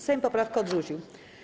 Sejm poprawkę odrzucił.